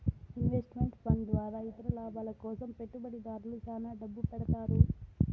invest meant fund ద్వారా ఇతర లాభాల కోసం పెట్టుబడిదారులు శ్యాన డబ్బు పెడతారు